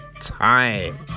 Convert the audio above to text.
time